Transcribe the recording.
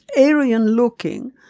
Aryan-looking